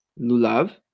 lulav